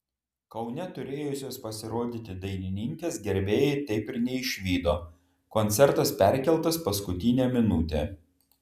kaune turėjusios pasirodyti dainininkės gerbėjai taip ir neišvydo koncertas perkeltas paskutinę minutę